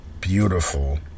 beautiful